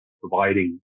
providing